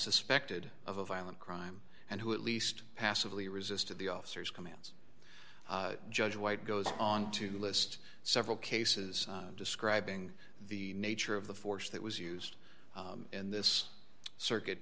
suspected of a violent crime and who at least passively resisted the officer's commands judge white goes on to list several cases describing the nature of the force that was used in this circuit